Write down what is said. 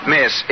Miss